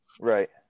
Right